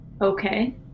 okay